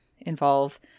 involve